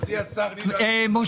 בכל זאת.